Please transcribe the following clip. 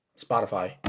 Spotify